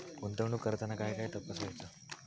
गुंतवणूक करताना काय काय तपासायच?